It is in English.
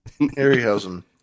Harryhausen